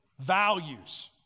values